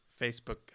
Facebook